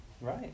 Right